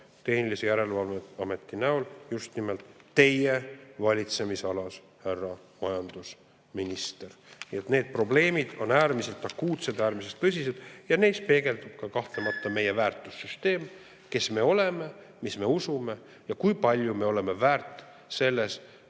tehnilise järelevalve ameti näol just nimelt teie valitsemisalas, härra majandusminister. Nii et need probleemid on äärmiselt akuutsed, äärmiselt tõsised ja neis peegeldub kahtlemata ka meie väärtussüsteem: kes me oleme, mida me usume ja kui palju me oleme väärt selles